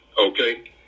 Okay